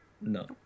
No